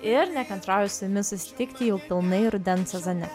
ir nekantrauju su jumis susitikti jau pilnai rudens sezone